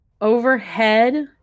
overhead